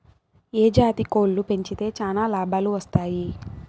ఏ జాతి కోళ్లు పెంచితే చానా లాభాలు వస్తాయి?